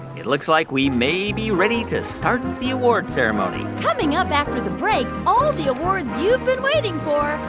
it looks like we may be ready to start the awards ceremony coming up after the break, all the awards you've been waiting for,